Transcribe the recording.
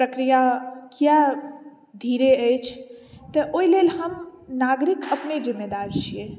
प्रक्रिया किया धीरे अछि तऽ ओहि लेल हम नागरिक अपने जिम्मेदार छियै